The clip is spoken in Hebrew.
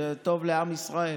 זה טוב לעם ישראל.